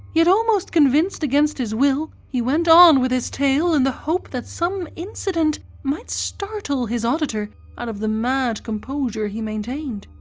yet almost convinced against his will, he went on with his tale in the hope that some incident might startle his auditor out of the mad composure he maintained.